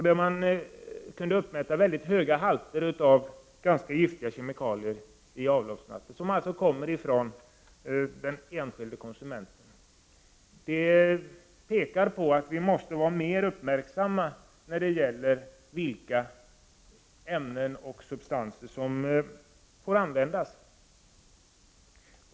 Det uppmättes mycket höga halter av ganska giftiga kemikalier i det avloppsvatten som kommer från enskilda konsumenter. Detta pekar på att vi måste vara mer uppmärksamma när det gäller vilka ämnen och substanser som får användas.